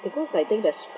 because I think that's